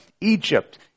Egypt